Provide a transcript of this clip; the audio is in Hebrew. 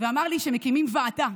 ואמר שמקימים ועדה,